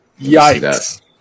Yikes